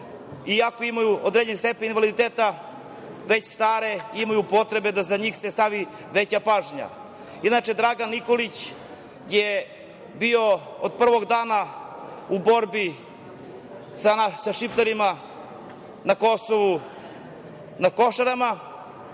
ako imaju određeni stepen invaliditeta, već stare, imaju potrebe da se na njih stavi veća pažnja. Inače Dragan Nikolić je bio od prvog dana u borbi sa šiptarima na Kosovu, na Košarama.